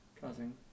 causing